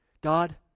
God